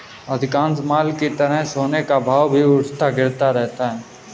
अधिकांश माल की तरह सोने का भाव भी उठता गिरता रहता है